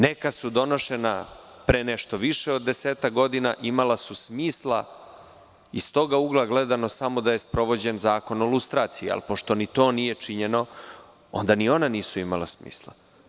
Neka su donošena pre nešto više od desetak godina, imala su smisla iz toga ugla gledano samo da je sprovođen Zakon o lustraciji, a pošto ni to nije činjeno, onda ni ona nisu imala smisla.